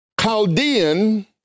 Chaldean